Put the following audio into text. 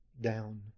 down